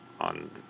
on